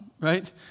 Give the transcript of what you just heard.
right